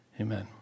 Amen